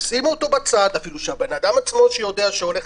ישימו אותו בצד אפילו הבן אדם עצמו שיודע שהולך